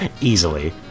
Easily